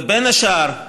ובין השאר,